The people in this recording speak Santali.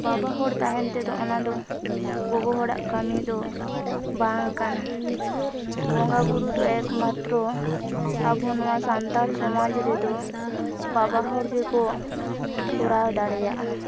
ᱵᱟᱵᱟᱦᱚᱲ ᱛᱟᱦᱮᱱ ᱛᱮᱫᱚ ᱚᱱᱟᱫᱚ ᱜᱚᱜᱚ ᱦᱚᱲᱟᱜ ᱠᱟᱹᱢᱤᱫᱚ ᱵᱟᱝ ᱠᱟᱱᱟ ᱵᱚᱸᱜᱟ ᱵᱩᱨᱩᱫᱚ ᱮᱠᱢᱟᱛᱨᱚ ᱟᱵᱚ ᱱᱚᱣᱟ ᱥᱟᱱᱛᱟᱲ ᱥᱚᱢᱟᱡᱽ ᱨᱮᱫᱚ ᱵᱟᱵᱟᱦᱚᱲ ᱜᱮᱠᱚ ᱠᱚᱨᱟᱣ ᱫᱟᱲᱮᱭᱟᱜᱼᱟ